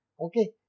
Okay